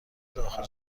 داخل